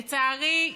לצערי,